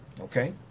Okay